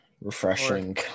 Refreshing